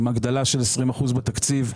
הגדלה של 20 אחוזים בתקציב,